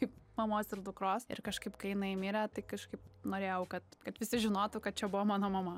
kaip mamos ir dukros ir kažkaip kai jinai mirė tai kažkaip norėjau kad kad visi žinotų kad čia buvo mano mama